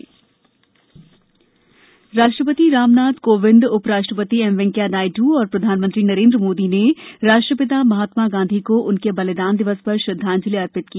महात्मा गांधी श्रद्धांजलि राष्ट्रपति रामनाथ कोविंद उपराष्ट्रपति एम वेंकैया नायडु और प्रधानमंत्री नरेंद्र मोदी ने राष्ट्रपिता महात्मा गांधी को उनके बलिदान दिवस पर श्रद्धांजलि अर्पित की